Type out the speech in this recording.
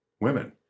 women